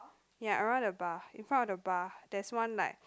ya around the bar in front of the bar there's one like